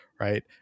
right